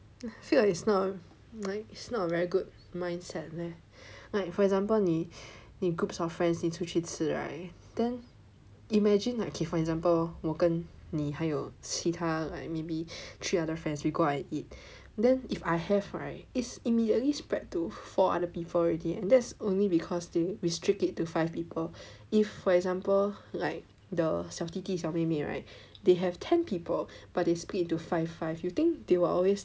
I feel like it's not like it's not a very good mindset leh like for example 你 groups of friends 一起出去吃 right then imagine like ok for example 我跟你还有其他 like maybe three other friends we go out and eat then if I have right is immediately spread to four other people already that's only because they restrict it to five people if for example like the 小弟弟小妹妹 right they have ten people but they split into five five you think they will always